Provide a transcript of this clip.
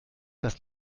das